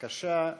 בבקשה,